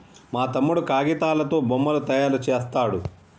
మా తమ్ముడు కాగితాలతో బొమ్మలు తయారు చేస్తాడు